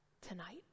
tonight